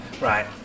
Right